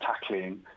tackling